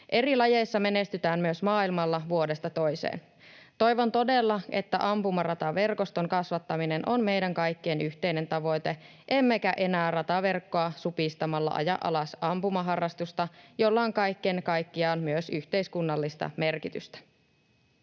Eri lajeissa menestytään myös maailmalla vuodesta toiseen. Toivon todella, että ampumarataverkoston kasvattaminen on meidän kaikkien yhteinen tavoite emmekä enää rataverkkoa supistamalla aja alas ampumaharrastusta, jolla on kaiken kaikkiaan myös yhteiskunnallista merkitystä.